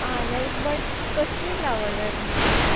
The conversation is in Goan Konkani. आ लायक बट कसली फ्लावर जाय तुमकां